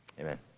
Amen